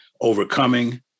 overcoming